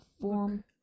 form